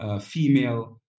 female